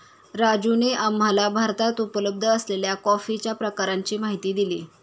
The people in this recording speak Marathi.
राजूने आम्हाला भारतात उपलब्ध असलेल्या कॉफीच्या प्रकारांची माहिती दिली